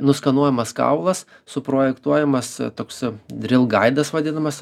nuskenuojamas kaulas suprojektuojamas toks rilgaidas vadinamas